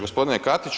Gospodine Katić.